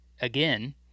again